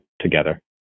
together